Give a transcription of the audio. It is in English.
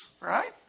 right